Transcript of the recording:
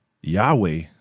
Yahweh